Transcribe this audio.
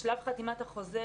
בשלב חתימת החוזה,